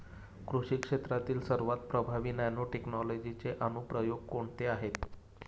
कृषी क्षेत्रातील सर्वात प्रभावी नॅनोटेक्नॉलॉजीचे अनुप्रयोग कोणते आहेत?